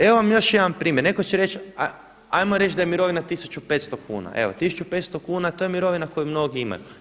Evo vam još jedan primjer, netko će reći 'ajmo reći da je mirovina 1500 kuna, evo 1500 kuna, to je mirovina koju mnogu imaju.